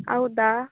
ಹೌದಾ